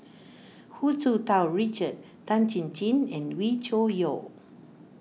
Hu Tsu Tau Richard Tan Chin Chin and Wee Cho Yaw